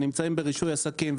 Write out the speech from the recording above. שנמצאים ברישוי עסקים,